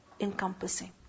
encompassing